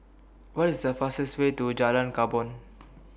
What IS The fastest Way to Jalan Korban